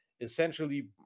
essentially